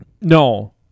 No